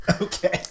Okay